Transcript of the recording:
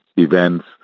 events